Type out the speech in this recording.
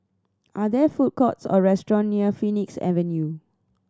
are there food courts or restaurant near Phoenix Avenue